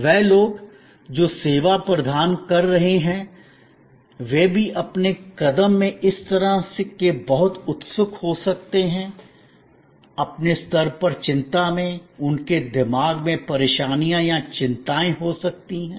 वे लोग जो सेवा प्रदान कर रहे हैं वे भी अपने कदम में इस तरह के बहुत उत्सुक हो सकते हैं अपने स्तर पर चिंता में उनके दिमाग में परेशानियां या चिंताएं हो सकती हैं